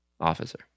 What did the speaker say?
officer